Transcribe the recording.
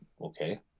okay